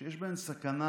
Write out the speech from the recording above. שיש בהן סכנה